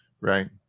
Right